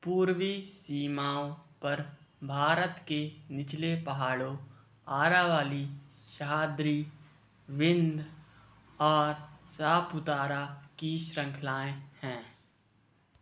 पूर्वी सीमाओं पर भारत के निचले पहाड़ों आरावली सह्याद्री विंध्य और सापुतारा की शृंखलाएँ हैं